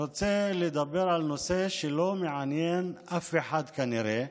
אני רוצה לדבר על נושא שלא מעניין אף אחד כנראה,